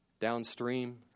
downstream